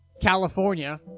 California